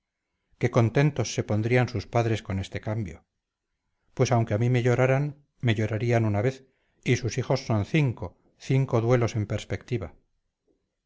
qué contentos se pondrían sus padres con este cambio pues aunque a mí me lloraran me llorarían una vez y sus hijos son cinco cinco duelos en perspectiva